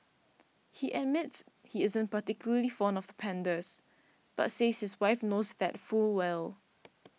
he admits he isn't particularly fond of pandas but says his wife knows that full well